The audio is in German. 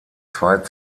zwei